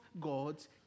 God's